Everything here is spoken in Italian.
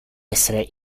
essere